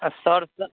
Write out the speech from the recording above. आओर सर